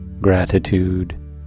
gratitude